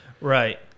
Right